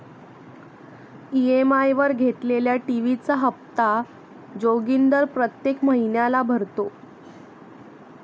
EMI वर घेतलेल्या TV चा हप्ता जोगिंदर प्रत्येक महिन्याला भरतो